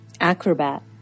Acrobat